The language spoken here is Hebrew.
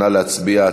נא להצביע.